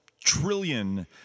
trillion